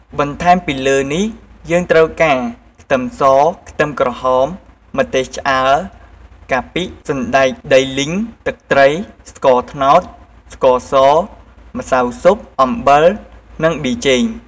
បន្ថែមពីលើនេះយើងត្រូវការ ខ្ទឹមស ខ្ទឹមក្រហម ម្ទេសឆ្អើរ កាពិ សណ្តែកដីលីង ទឹកត្រី ស្ករត្នោត ស្ករស ម្សៅស៊ុប អំបិល និងប៊ីចេង។